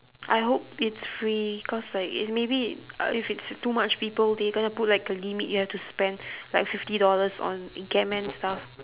I hope it's free cause like if maybe uh if it's too much people they gonna put like a limit you have to spend like fifty dollars on a game and stuff